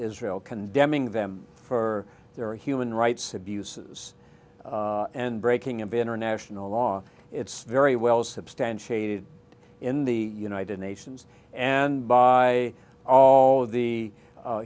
israel condemning them for their human rights abuses and breaking of international law it's very well substantiated in the united nations and by all of the